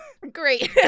Great